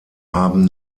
haben